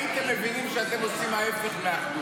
הייתם מבינים שאתם עושים ההפך מאחדות.